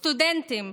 סטודנטים,